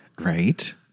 Right